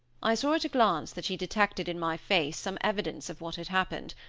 i saw at a glance that she detected in my face some evidence of what had happened,